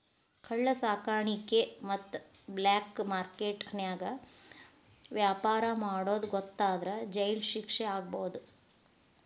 ಕಳ್ಳ ಸಾಕಾಣಿಕೆ ಮತ್ತ ಬ್ಲಾಕ್ ಮಾರ್ಕೆಟ್ ನ್ಯಾಗ ವ್ಯಾಪಾರ ಮಾಡೋದ್ ಗೊತ್ತಾದ್ರ ಜೈಲ್ ಶಿಕ್ಷೆ ಆಗ್ಬಹು